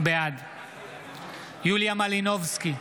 בעד יוליה מלינובסקי,